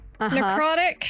necrotic